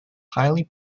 highly